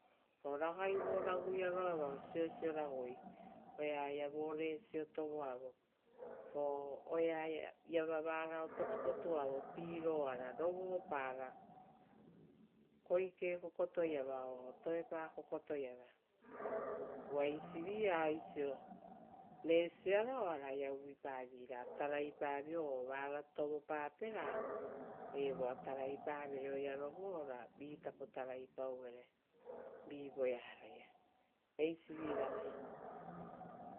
O ragai vo ragaia roa vao siosio ragai oea ia vo resia tovoavo o oea iava varao potuavo piroara rovopara koike kokoto iava o toepa kokoto lava. Uva eisivi a oisio resiara oaraia uvuipa viei ra evoa tarapavio o vara tovopape ra taravio ra evoa taraipa vere ora vi tapo taraipauvere vi voearoia.